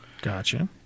Gotcha